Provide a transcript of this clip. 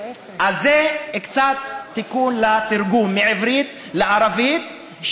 זה קצת תיקון לתרגום מעברית לערבית,